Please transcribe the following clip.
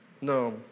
no